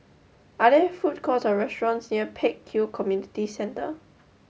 are there food courts or restaurants near Pek Kio Community Centre